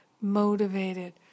motivated